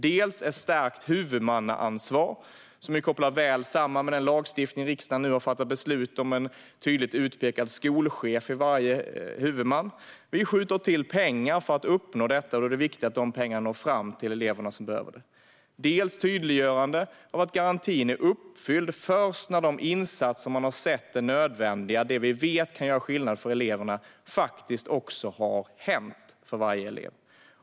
Det tredje är ett stärkt huvudmannaansvar, som vi kopplar samman med den lagstiftning som riksdagen nu har fattat beslut om, med en tydligt utpekad skolchef hos varje huvudman. Vi skjuter till pengar för att uppnå detta, och då är det viktigt att de pengarna når fram till de elever som behöver dem. Det fjärde är ett tydliggörande av att garantin är uppfylld först när de insatser man har sett är nödvändiga och vet kan göra skillnad för eleverna faktiskt också har vidtagits för varje elev.